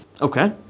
Okay